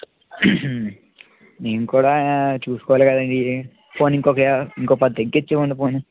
మేము కూడా చూసుకోవాలి కదండి పోనీ ఇంకొక యా ఇంకొక పది తగ్గించి ఇవ్వండి పోనీ